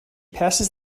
passes